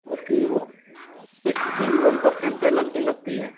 उसकी वो किस्त की वन परसेंट पेनल्टी लगती है